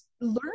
learn